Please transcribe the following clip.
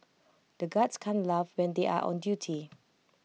the guards can't laugh when they are on duty